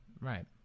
Right